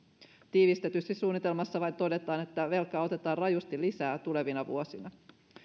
tiivistetysti suunnitelmassa vain todetaan että velkaa otetaan rajusti lisää tulevina vuosina